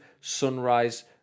sunrise